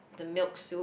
the milk soup